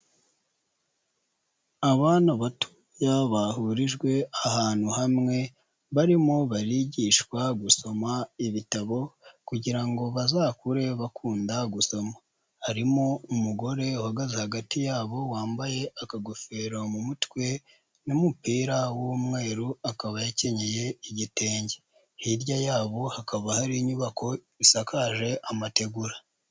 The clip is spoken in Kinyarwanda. Abana batoya bahurijwe ahantu hamwe barimo barigishwa gusoma ibitabo kugira ngo bazakure bakunda gusoma, harimo umugore uhagaze hagati yabo wambaye akagofero mu mutwe n'umupira w'umweru, akaba yakenyeye igitenge, hirya yabo hakaba hari inyubako isakaje amategura.